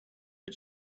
had